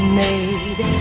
made